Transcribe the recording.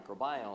microbiome